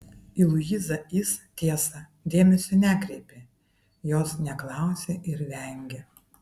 į luizą jis tiesa dėmesio nekreipė jos neklausė ir vengė